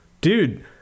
dude